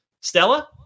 Stella